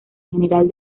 general